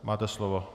Máte slovo.